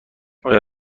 آیا